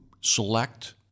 select